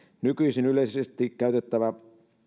nykyisin yleisesti käytettävä